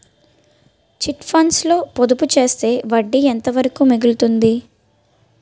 Chit funds లో పొదుపు చేస్తే వడ్డీ ఎంత వరకు మిగులుతుంది?